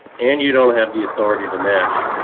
and you don't have the authority to mash.